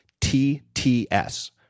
TTS